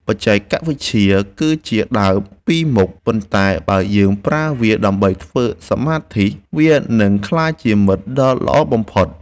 បច្ចេកវិទ្យាគឺជាដាវពីរមុខប៉ុន្តែបើយើងប្រើវាដើម្បីធ្វើសមាធិវានឹងក្លាយជាមិត្តដ៏ល្អបំផុត។